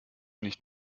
nicht